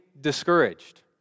discouraged